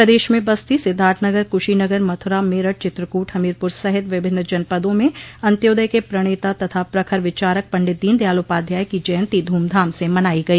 प्रदेश में बस्ती सिद्धार्थनगर कुशीनगर मथुरा मेरठ चित्रकूट हमीरपुर सहित विभिन्न जनपदों में अन्त्योदय के प्रणेता तथा प्रखर विचारक पंडित दीन दयाल उपाध्याय की जयन्ती धूमधाम से मनाई गई